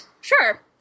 Sure